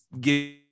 give